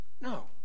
No